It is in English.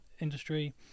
industry